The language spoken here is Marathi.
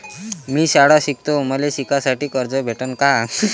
मी शाळा शिकतो, मले शिकासाठी कर्ज भेटन का?